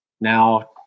Now